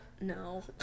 No